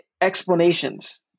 explanations